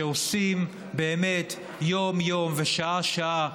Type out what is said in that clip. שבאמת עושים יום-יום ושעה-שעה,